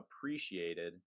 appreciated